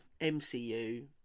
MCU